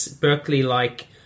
Berkeley-like